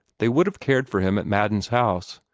they would have cared for him at madden's house,